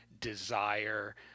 desire